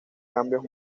cambios